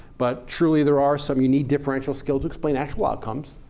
but truly there are some you need differential skill to explain actual outcomes.